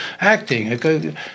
acting